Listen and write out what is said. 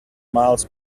miles